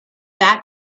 that